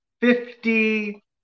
fifty